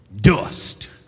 dust